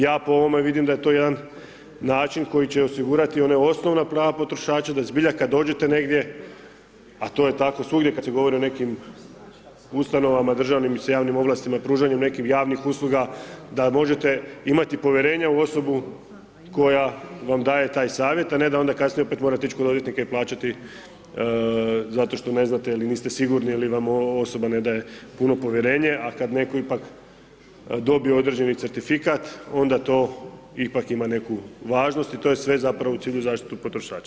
Ja po ovome vidim da je to jedan način koji će osigurati ona osnovna prava potrošača da zbilja kad dođete negdje, a to je tako svugdje kad se govori o nekim ustanovama državnim i sa javnim ovlastima i pružanju nekih javnih usluga, da možete imati povjerenja u osobu koja vam da je taj savjet a ne da onda kasnije opet morate ić kod odvjetnika i plaćati zato što ne znate ili niste sigurni ili vam osoba ne daje puno povjerenje a kad netko ipak dobije određeni certifikat, onda to ipak neku važnost i to je sve zapravo u cilju zaštite potrošača.